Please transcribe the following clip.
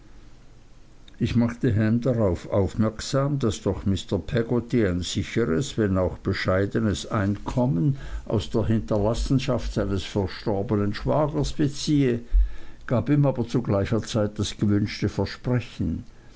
ich machte ham darauf aufmerksam daß doch mr peggotty ein sicheres wenn auch bescheidenes einkommen aus der hinterlassenschaft seines verstorbenen schwagers beziehe gab ihm aber zu gleicher zeit das gewünschte versprechen